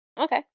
okay